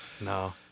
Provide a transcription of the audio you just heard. no